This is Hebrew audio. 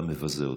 אתה מבזה אותם.